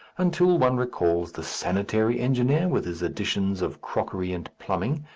until one recalls the sanitary engineer with his additions of crockery and plumbing,